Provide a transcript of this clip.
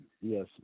Yes